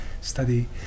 study